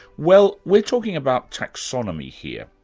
well, we're talking about taxonomy here.